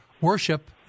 worship